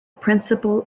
principle